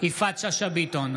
יפעת שאשא ביטון,